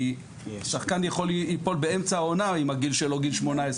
כי שחקן יכול ליפול באמצע העונה אם הגיל שלו גיל 18,